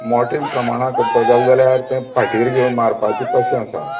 मोटे प्रमाणान करपा जाय जाल्यार तें फाटीर घेवन मारपाचें तशें आसा